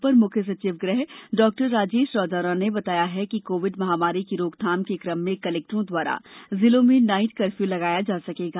अपर मुख्य सचिव गृह डॉ राजेश राजौरा ने बताया है कि कोविड महामारी की रोकथाम के क्रम में कलेक्टरों द्वारा जिलों में नाइट कर्फ्यू लगाया जा सकेगा